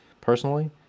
personally